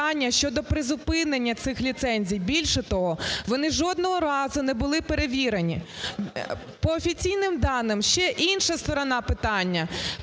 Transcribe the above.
щодо призупинення цих ліцензій. Більше того, вони жодного разу не були перевірені. По офіційним даним – ще інша сторона питання